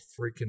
freaking